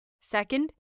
Second